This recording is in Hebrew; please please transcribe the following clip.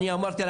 אני אמרתי,